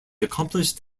accomplished